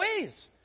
ways